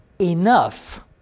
enough